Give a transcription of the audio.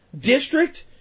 district